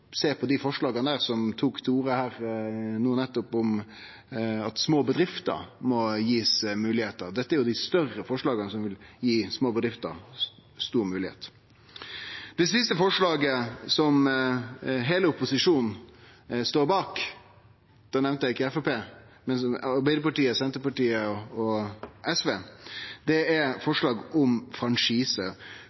på dei forslaga som eg tok til orde for her nå nettopp om at små bedrifter må bli gitt moglegheiter. Dette er dei større forslaga som gir små bedrifter stor moglegheit. Det siste forslaget, som heile opposisjonen står bak – da nemnde eg ikkje Framstegspartiet, men Arbeidarpartiet, Senterpartiet og SV – er forslaget om